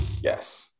Yes